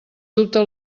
dubte